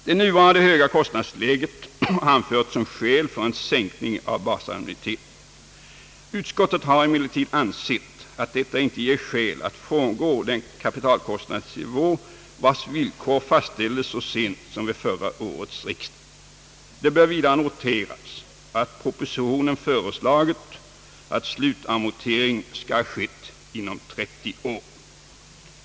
Det nuvarande höga kostnadsläget har anförts som skäl för en sänkning av basannuiteten. Utskottet har emellertid ansett att detta inte ger skäl att frångå den kapitalkostnadsnivå vars villkor fastställdes så sent som vid förra årets riksdag. Det bör vidare noteras, att propositionen föreslagit, att slutamortering skall ha skett inom 30 år.